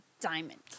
Diamond